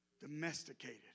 Domesticated